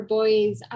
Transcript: boys